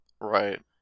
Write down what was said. Right